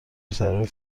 تغییر